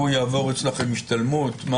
הוא יעבור אצלכם השתלמות?